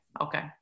okay